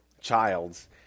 Childs